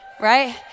right